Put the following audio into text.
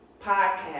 podcast